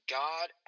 god